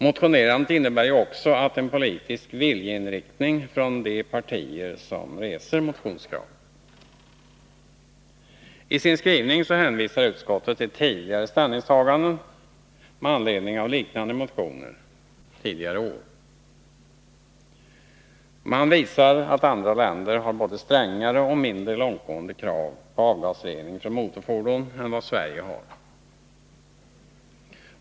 Motionerandet innebär också en politisk viljeinriktning från det parti eller de partier som reser motionskrav. I sin skrivning hänvisar utskottet till tidigare ställningstaganden med anledning av liknande motioner tidigare år. Man visar att andra länder har båda strängare och mindre långtgående krav på avgasrening från motorfordon än vad Sverige har.